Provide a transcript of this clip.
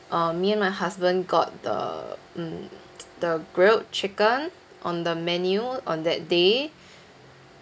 uh me and my husband got the mm the grilled chicken on the menu on that day